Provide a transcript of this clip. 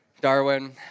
Darwin